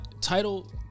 Title